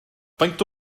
faint